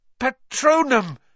Patronum